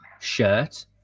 shirt